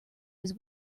his